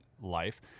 life